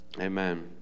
Amen